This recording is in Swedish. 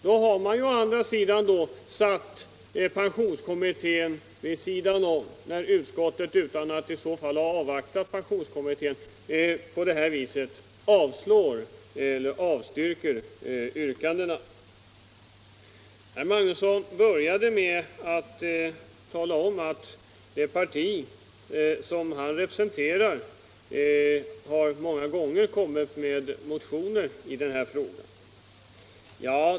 Utskottet har ju redan satt pensionskommittén vid sidan om, när man utan att avvakta pensionskommitténs betänkande på det här viset avstyrker motionsyrkandena. Herr Magnusson började med att tala om att det parti som han representerar många gånger har kommit med motioner i den här frågan.